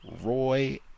Roy